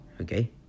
Okay